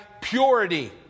purity